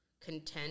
content